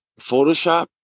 Photoshop